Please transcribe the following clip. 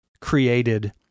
created